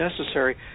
necessary